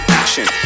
action